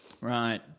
Right